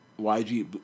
YG